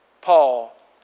Paul